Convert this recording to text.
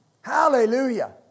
Hallelujah